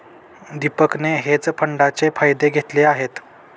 दीपकने हेज फंडाचे फायदे घेतले आहेत